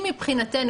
אם מבחינתנו,